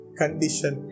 condition